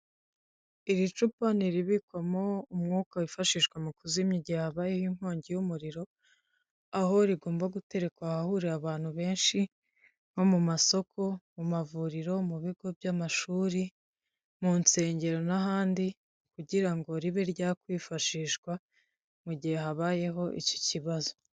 Iri cupa ni iribikwamo umwuka wifashishwa mu kuzimya igihe habayeho inkongi y'umuriro, aho rigomba guterekwa ahahurira abantu benshi nko mu masoko, mu mavuriro, mu bigo by'amashuri, mu nsengero n'ahandi kugira ngo ribe ryakwifashishwa mu gihe habayeho icyo kibazo.